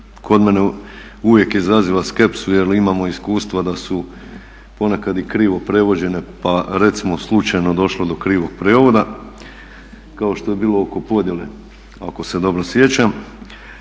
kod mene uvijek izaziva skepsu jer imamo iskustva da su ponekad i krivo prevođene pa recimo slučajno došlo do krivog prijevoda kao što je bilo oko podjele, ako se dobro sjećam.